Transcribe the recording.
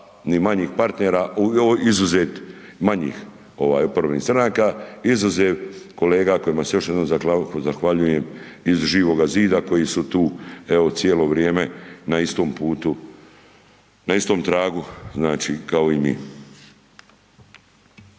manjih partner izuzev manjih oporbenih stranaka, izuzev kolega kojima se još jednom zahvaljujem iz Živoga zida koji su tu evo cijelo vrijeme na istom putu, na istom tragu znači kao i mi.